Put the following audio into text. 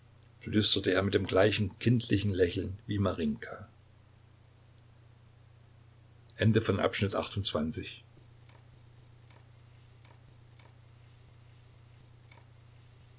flüsterte er mit dem gleichen kindlichen lächeln wie